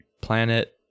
planet